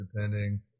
depending